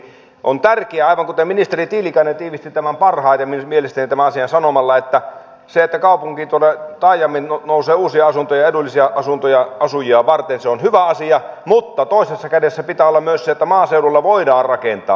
on tärkeää aivan kuten ministeri tiilikainen tiivisti tämän asian mielestäni parhaiten että se että kaupunkiin tuonne taajamiin nousee uusia edullisia asuntoja asujia varten on hyvä asia mutta toisessa kädessä pitää olla myös se että maaseudulla voidaan rakentaa